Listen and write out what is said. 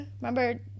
Remember